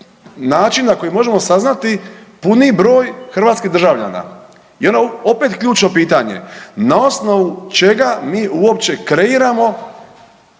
način na koji možemo saznati puni broj hrvatskih državljana. I onda opet ključno pitanje, na osnovu čega mi uopće kreiramo